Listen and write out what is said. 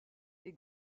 est